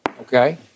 Okay